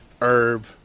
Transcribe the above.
Herb